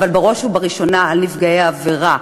אבל בראש ובראשונה על נפגעי העבירה,